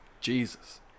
Jesus